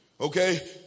Okay